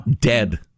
Dead